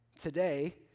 Today